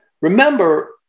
Remember